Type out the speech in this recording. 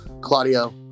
Claudio